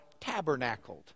tabernacled